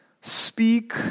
Speak